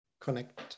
connect